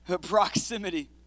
Proximity